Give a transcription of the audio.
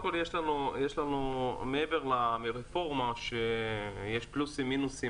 מעבר לרפורמה שיש בה יתרונות וחסרונות,